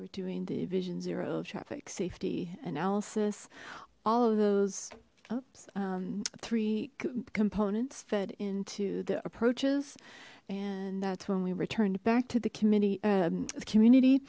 were doing the vision zero of traffic safety analysis all of those oops three components fed into the approaches and that's when we returned back to the committee um community